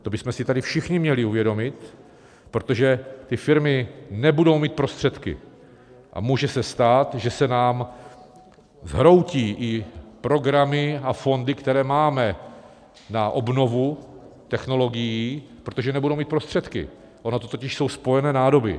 To bychom si tady všichni měli uvědomit, protože ty firmy nebudou mít prostředky, a může se stát, že se nám zhroutí i programy a fondy, které máme na obnovu technologií, protože nebudou mít prostředky, ony to totiž jsou spojené nádoby.